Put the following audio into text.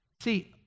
See